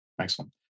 Excellent